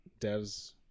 Devs